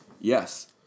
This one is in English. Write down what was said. Yes